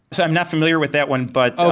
so i'm not familiar with that one, but okay.